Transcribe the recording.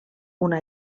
una